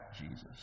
Jesus